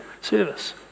service